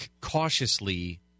cautiously